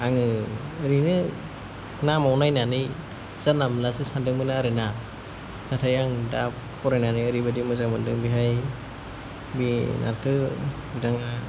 आङो ओरैनो नामाव नायनानै जानला मानलासो सान्दोंमोन आरो ना नाथाय आं दा फरायनानै ओरैबायदि मोजां मोन्दों बेहाय बे नारखो बुदाङा